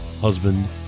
husband